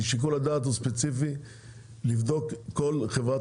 כי שיקול הדעת הוא ספציפי לבדוק כל חברת